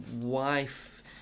wife